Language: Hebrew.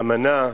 אמנה.